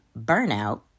burnout